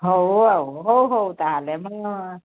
ହଉ ଆଉ ହଉ ହଉ ତାହେଲେ ମୁଁ